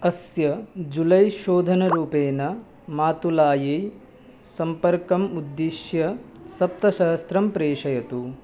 अस्य जुलै शोधनं रूपेण मातुलायाः सम्पर्कम् उद्दिश्य सप्तसहस्रं प्रेषयतु